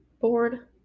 board